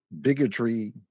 bigotry